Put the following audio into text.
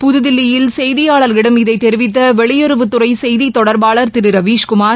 புதுதில்லியில் செய்தியாளர்களிடம் இதைதெரிவித்தவெளியுறவுத்துறைசெய்திதொடர்பாளர் நிலவிவரும் திருரவீஸ்குமார்